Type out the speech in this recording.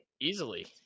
easily